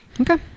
Okay